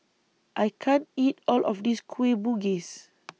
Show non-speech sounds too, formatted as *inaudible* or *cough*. I can't eat All of This Kueh Bugis *noise*